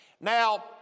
Now